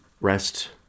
rest